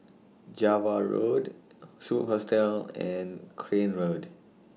Java Road Superb Hostel and Crane Road